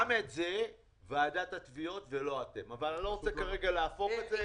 גם את זה ועדת התביעות ולא אתם אבל אני לא רוצה כרגע לדון בזה.